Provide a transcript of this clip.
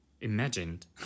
Imagined